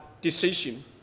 decision